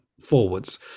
forwards